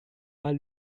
mal